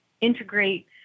integrate